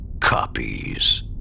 copies